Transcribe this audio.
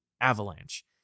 avalanche